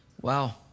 Wow